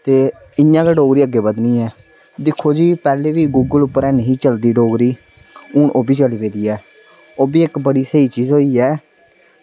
ते इं'या गै डोगरी अग्गें बधनी ऐ दिक्खो जी पैह्लें बी गुगल उप्पर ऐनी ही चलदी डोगरी हून ओह्बी चली पेदी ऐ ओह्बी इक बड़ी स्हेई चीज होई ऐ